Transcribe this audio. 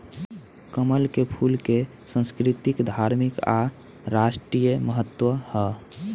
कमल के फूल के संस्कृतिक, धार्मिक आ राष्ट्रीय महत्व ह